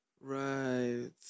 Right